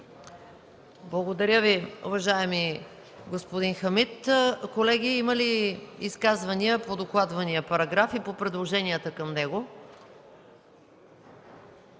Благодаря Ви, господин Хамид. Колеги, има ли изказвания по докладвания параграф и предложенията към него?